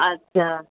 अच्छा